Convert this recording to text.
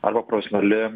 arba profesionali